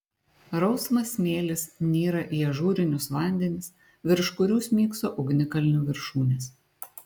rausvas smėlis nyra į ažūrinius vandenis virš kurių smygso ugnikalnių viršūnės